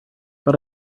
but